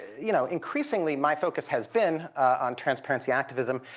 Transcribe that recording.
you know, increasingly, my focus has been on transparency activism,